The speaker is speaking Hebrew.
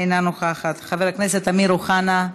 אינה נוכחת, חבר הכנסת אמיר אוחנה,